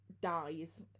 dies